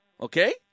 okay